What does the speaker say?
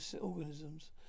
organisms